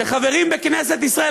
שחברים בכנסת ישראל,